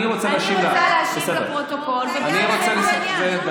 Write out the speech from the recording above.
אני רוצה להשיב לפרוטוקול ובזה לסיים את העניין.